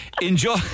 Enjoy